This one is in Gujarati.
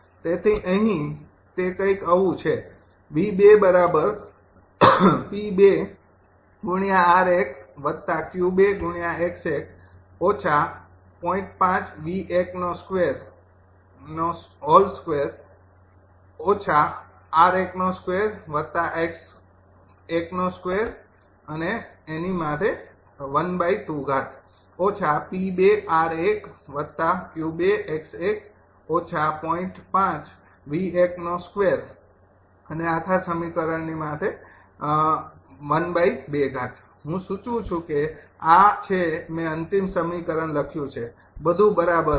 તેથી અહીં તે કંઈક આવું છે હું સુચવું છું કે આ છે મેં અંતિમ સમીકરણ લખ્યું છે બધું બરાબર છે